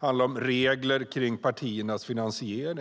handlar om regler för partiernas finansiering.